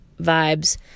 vibes